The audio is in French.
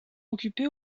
occupé